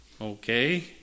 okay